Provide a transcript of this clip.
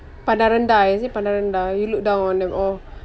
pandang rendah is it pandang rendah you look down on them oh